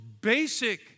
basic